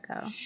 go